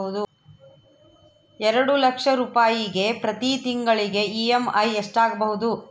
ಎರಡು ಲಕ್ಷ ರೂಪಾಯಿಗೆ ಪ್ರತಿ ತಿಂಗಳಿಗೆ ಇ.ಎಮ್.ಐ ಎಷ್ಟಾಗಬಹುದು?